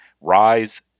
rise